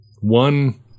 One